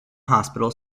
hospital